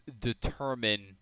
determine